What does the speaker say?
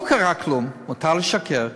לא קרה כלום, מותר לשקר.